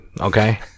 Okay